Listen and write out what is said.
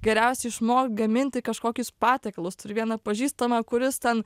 geriausia išmokt gaminti kažkokius patiekalus turiu vieną pažįstamą kuris ten